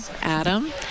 Adam